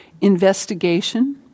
Investigation